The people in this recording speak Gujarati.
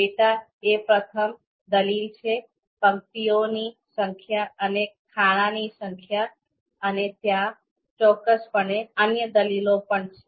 ડેટા એ પ્રથમ દલીલ છે પંક્તિઓની સંખ્યા અને ખાનાની સંખ્યા અને ત્યાં ચોક્કસપણે અન્ય દલીલો પણ છે